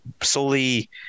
solely